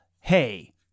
hey